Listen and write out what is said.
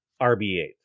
RB8